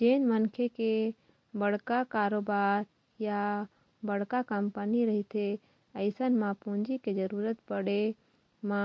जेन मनखे के बड़का कारोबार या बड़का कंपनी रहिथे अइसन म पूंजी के जरुरत पड़े म